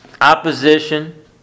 opposition